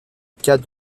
cas